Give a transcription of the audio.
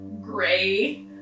gray